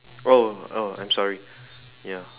oh oh I'm sorry ya